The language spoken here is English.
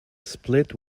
split